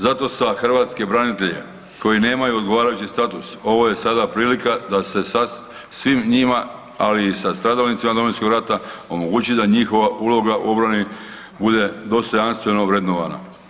Zato hrvatske branitelje koji nemaju odgovarajući status ovo je sada prilika da se svima njima, ali i stradalnicima Domovinskog rata omogući da njihova uloga u obrani bude dostojanstveno vrednovana.